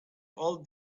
all